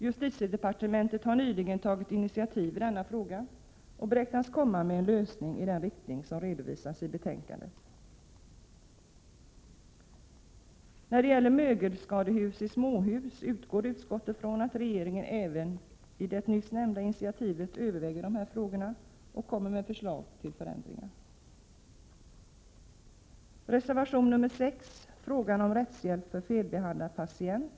Justitiedepartementet har nyligen tagit initiativ i denna fråga och beräknas lägga fram förslag till en lösning i den riktning som redovisas i betänkandet. När det gäller mål om mögelskador i småhus utgår utskottet från att regeringen även i det nyss nämnda initiativet överväger dessa frågor och lägger fram förslag till ändringar. Reservation 6 gäller frågan om rättshjälp för felbehandlad patient.